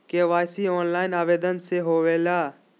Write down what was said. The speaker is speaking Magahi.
के.वाई.सी ऑनलाइन आवेदन से होवे ला?